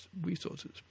resources